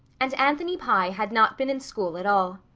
and anthony pye had not been in school at all.